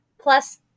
plus